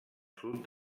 sud